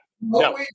no